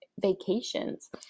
vacations